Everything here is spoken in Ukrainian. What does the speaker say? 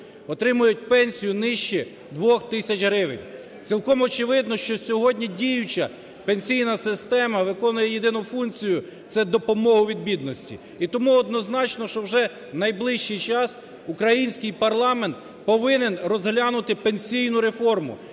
отримують пенсію нижче 2 тисяч гривень. Цілком, очевидно, що сьогодні діюча пенсійна система виконує єдину функцію – це допомогу від бідності. І тому однозначно, що вже в найближчий час український парламент повинен розглянути пенсійну реформу,